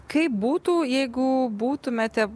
kaip būtų jeigu būtumėte